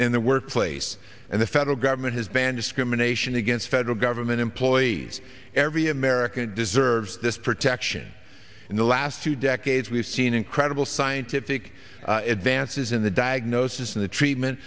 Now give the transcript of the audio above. in the workplace and the federal government has banned discrimination against federal government employees every american deserves this protection in the last two decades we've seen incredible scientific advances in the diagnosis and the treatment